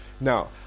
Now